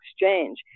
exchange